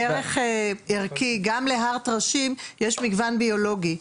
ערך ערכי גם להר טרשים יש מגוון ביולוגי.